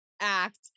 act